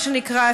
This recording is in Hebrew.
מה שנקרא,